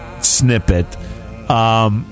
snippet